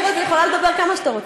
אני עוד יכולה לדבר כמה שאתה רוצה.